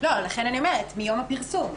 לכן אני אומרת, מיום הפרסום.